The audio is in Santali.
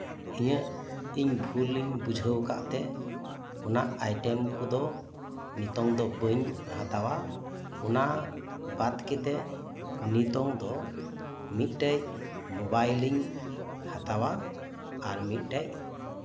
ᱤᱧᱟᱹᱜ ᱤᱧ ᱵᱷᱩᱞ ᱤᱧ ᱵᱩᱡᱷᱟᱹᱣ ᱠᱟᱜ ᱛᱮ ᱚᱱᱟ ᱟᱭᱴᱮᱢ ᱠᱚᱫᱚ ᱱᱤᱛᱚᱜ ᱫᱚ ᱵᱟᱹᱧ ᱦᱟᱛᱟᱣᱟ ᱚᱱᱟ ᱵᱟᱫ ᱠᱟᱛᱮᱜ ᱱᱤᱛᱚᱝ ᱫᱚ ᱢᱤᱫᱴᱟᱝ ᱢᱳᱵᱟᱭᱤᱞ ᱤᱧ ᱦᱟᱛᱟᱣᱟ ᱟᱨ ᱢᱤᱫᱴᱟᱝ